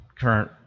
current